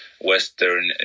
Western